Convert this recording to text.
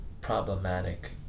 problematic